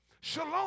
Shalom